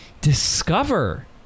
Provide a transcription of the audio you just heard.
discover